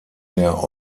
der